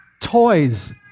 toys